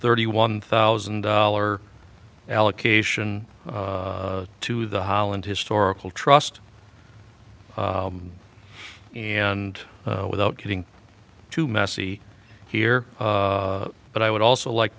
thirty one thousand dollar allocation to the holland historical trust and without getting too messy here but i would also like